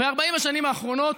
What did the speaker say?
ב-40 השנים האחרונות,